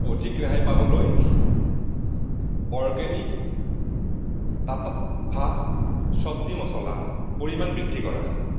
অধিক ৰেহাই পাবলৈ অৰ্গেনিক টাট্টাভা চব্জি মছলাৰ পৰিমাণ বৃদ্ধি কৰা